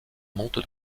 monte